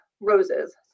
roses